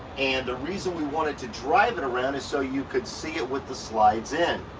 and the reason we wanted to drive it around is so you could see it with the slides in.